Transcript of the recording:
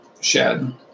shed